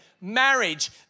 marriage